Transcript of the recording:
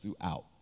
throughout